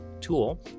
tool